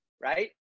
right